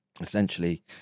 essentially